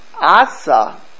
Asa